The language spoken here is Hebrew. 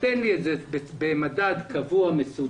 תן לי את זה במדד קבוע ומסודר,